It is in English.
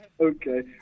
Okay